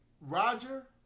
Roger